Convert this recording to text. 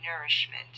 nourishment